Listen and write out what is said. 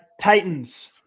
Titans